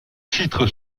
titre